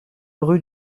rue